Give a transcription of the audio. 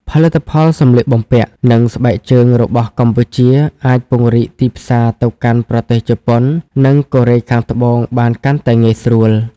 ផលិតផលសម្លៀកបំពាក់ និងស្បែកជើងរបស់កម្ពុជា អាចពង្រីកទីផ្សារទៅកាន់ប្រទេសជប៉ុន និងកូរ៉េខាងត្បូងបានកាន់តែងាយស្រួល។